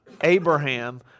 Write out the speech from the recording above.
Abraham